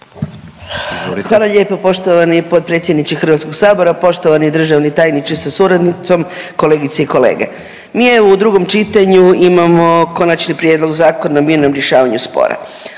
Hvala lijepo poštovani potpredsjedniče Hrvatskog sabora. Poštovani državni tajniče sa suradnicom, kolegice i kolege, mi u drugom čitanju imamo Konačni prijedlog Zakona o mirnom rješavanju spora.